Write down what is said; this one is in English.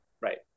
Right